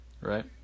Right